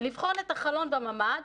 לבחון את החלון בממ"ד